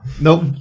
Nope